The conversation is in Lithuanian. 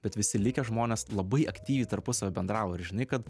bet visi likę žmonės labai aktyviai tarpusavy bendravo ir žinai kad